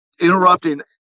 interrupting